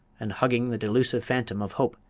and hugging the delusive phantom of hope,